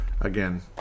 again